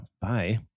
Bye